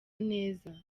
neza